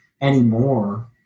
anymore